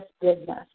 business